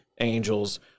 angels